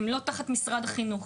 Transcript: הן לא תחת משרד החינוך.